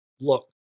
Look